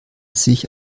sich